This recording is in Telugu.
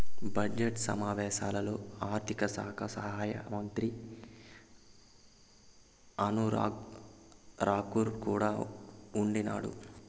బడ్జెట్ సమావేశాల్లో ఆర్థిక శాఖ సహాయమంత్రి అనురాగ్ రాకూర్ కూడా ఉండిన్నాడు